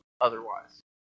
otherwise